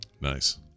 Nice